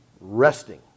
resting